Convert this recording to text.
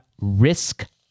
risk